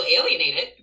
alienated